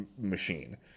machine